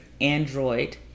Android